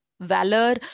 valor